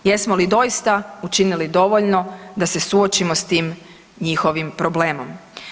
Jesmo li doista učinili dovoljno da se suočimo s tim njihovim problemom?